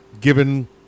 given